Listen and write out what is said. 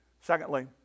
Secondly